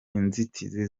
inzitizi